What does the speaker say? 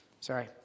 Sorry